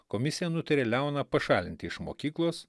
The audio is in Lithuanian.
komisija nutarė leoną pašalinti iš mokyklos